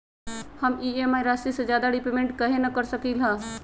हम ई.एम.आई राशि से ज्यादा रीपेमेंट कहे न कर सकलि ह?